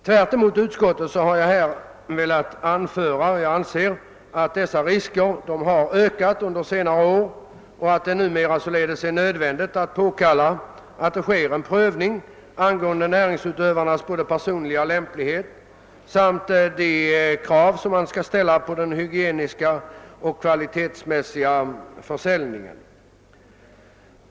I motsats till utskottet anser jag att dessa risker har ökat under senare år och att det således numera är nödvändigt att påkalla att det sker en prövning av både näringsutövarnas personliga lämplighet och de krav man bör ställa på försäljningen ur hygieniska och kvalitetsmässiga synpunkter.